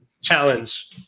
Challenge